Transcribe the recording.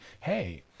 Hey